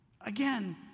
Again